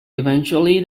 eventually